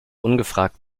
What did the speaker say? ungefragt